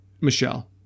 Michelle